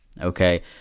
Okay